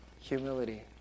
humility